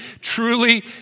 Truly